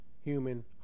human